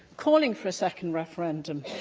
calling for a second referendum.